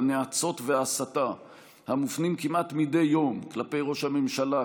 הנאצות וההסתה המופנים כמעט מדי יום כלפי ראש הממשלה,